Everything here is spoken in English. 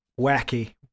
Wacky